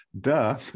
Duh